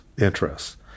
interests